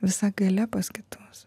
visa galia pas kitus